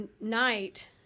night